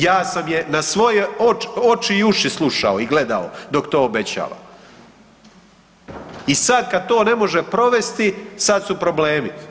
Ja sam je na svoje oči i uši slušao i gledao dok to obećava i sad kad to ne može provesti sad su problemi.